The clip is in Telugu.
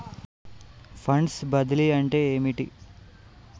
ఫండ్స్ బదిలీ అంటే ఏమిటి?